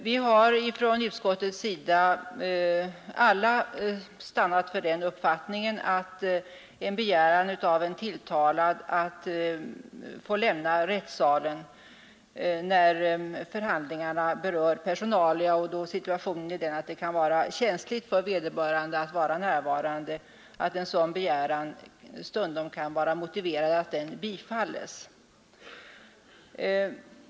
Vi har i utskottet stannat inför den uppfattningen att det stundom kan vara motiverat att bifalla en begäran av en tilltalad att få lämna rättssalen när förhandlingarna berör personalia och det kan vara känsligt för vederbörande att närvara.